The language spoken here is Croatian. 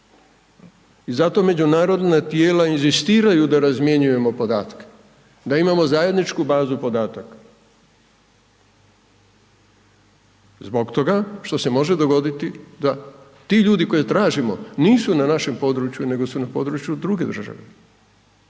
I zato međunarodna tijela inzistiraju da razmjenjujemo podatke, da imamo zajedničku bazu podataka. Zbog toga što se može dogoditi da ti ljudi koje tražimo nisu na našem području, nego su na području druge države